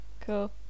Cool